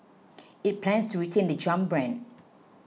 it plans to retain the Jump brand